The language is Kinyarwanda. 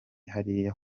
hariya